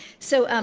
so,